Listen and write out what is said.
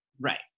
right